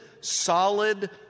solid